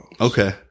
Okay